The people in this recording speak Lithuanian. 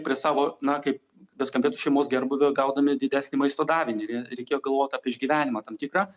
prie savo na kaip beskambėtų šeimos gerbūvio gaudami didesnį maisto davinį reikėjo galvot apie išgyvenimą tam tikrą